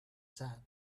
sand